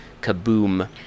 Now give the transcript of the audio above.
kaboom